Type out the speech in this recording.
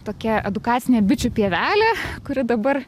tokia edukacinė bičių pievelė kuri dabar